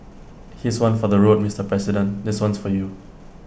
here's one for the road Mister president this one's for you